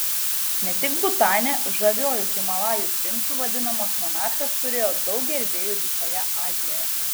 ne tik butane žaviuoju himalajų princu vadinamas monarchas turėjo daug gerbėjų visoje azijoje